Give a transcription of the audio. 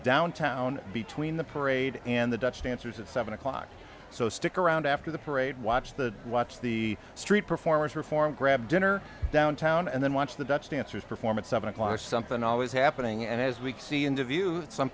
downtown between the parade and the dutch dancers at seven o'clock so stick around after the parade watch the watch the street performers perform grab dinner downtown and then watch the dutch dancers perform at seven o'clock something always happening and as we see interview